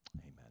Amen